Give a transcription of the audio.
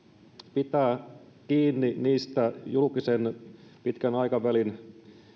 pitää kiinni niistä julkisen pitkän aikavälin